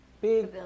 big